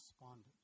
responded